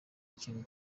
ikintu